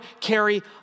carry